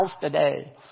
today